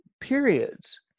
periods